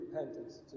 repentance